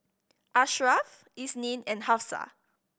Ashraff Isnin and Hafsa